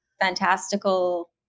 fantastical